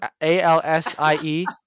A-L-S-I-E